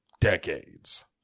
decades